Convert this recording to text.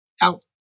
out